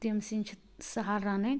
تِم سِنۍ چھِ سہل رَنٕنۍ